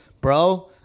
Bro